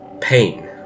Pain